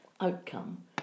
outcome